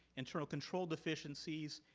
internal control deficiencies,